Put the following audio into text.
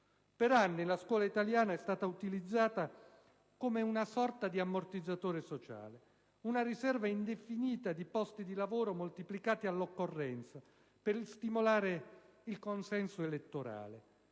Per anni la scuola italiana è stata utilizzata come una sorta di ammortizzatore sociale: una riserva indefinita di posti di lavoro, moltiplicati all'occorrenza per stimolare il consenso elettorale.